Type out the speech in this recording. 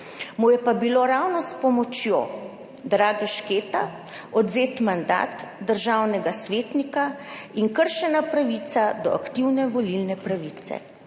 Mu je pa bil ravno s pomočjo Draga Šketa odvzet mandat državnega svetnika in kršena pravica do aktivne volilne pravice.